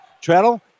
Treadle